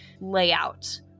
layout